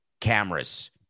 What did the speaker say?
cameras